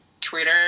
Twitter